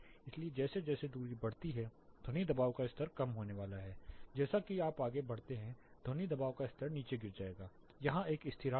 इसलिए जैसे जैसे दूरी बढ़ती है ध्वनि दबाव का स्तर कम होने वाला है जैसा कि आप आगे बढ़ते हैं ध्वनि दबाव का स्तर नीचे गिर जाएगा यहां एक स्थिरांक है